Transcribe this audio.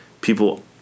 People